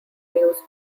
news